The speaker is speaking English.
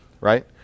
right